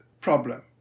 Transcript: problem